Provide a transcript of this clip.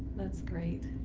that's great.